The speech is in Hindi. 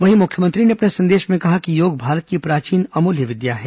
वहीं मुख्यमंत्री ने अपने संदेश में कहा कि योग भारत की प्राचीन अमूल्य विद्या है